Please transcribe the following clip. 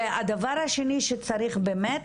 והדבר השני שצריך באמת,